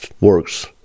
works